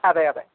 അതെയതെ